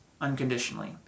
unconditionally